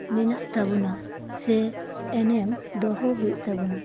ᱢᱮᱱᱟᱜ ᱛᱟᱵᱚᱱᱟ ᱥᱮ ᱮᱱᱮᱢ ᱫᱚᱦᱚ ᱦᱳᱭᱳᱜ ᱛᱟᱵᱚᱱᱟ